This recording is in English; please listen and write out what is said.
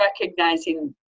recognizing